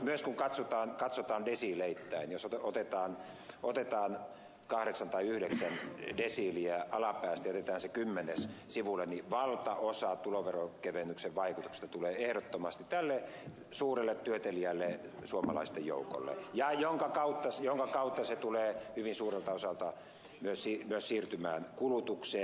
myös kun katsotaan desiileittäin jos otetaan kahdeksan tai yhdeksän desiiliä alapäästä ja jätetään se kymmenes sivulle niin valtaosa tuloveronkevennyksen vaikutuksesta tulee ehdottomasti tälle suurelle työteliäälle suomalaisten joukolle ja tätä kautta se tulee hyvin suurelta osalta myös siirtymään kulutukseen